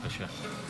בבקשה.